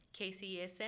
KCSN